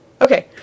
Okay